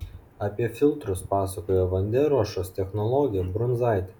apie filtrus pasakojo vandenruošos technologė brunzaitė